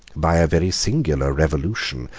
by a very singular revolution,